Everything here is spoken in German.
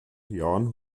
jahren